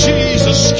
Jesus